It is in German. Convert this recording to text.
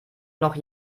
noch